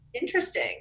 interesting